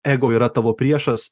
ego yra tavo priešas